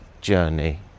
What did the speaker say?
journey